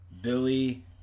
Billy